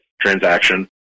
transaction